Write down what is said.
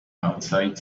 outside